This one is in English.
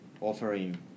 offering